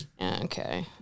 Okay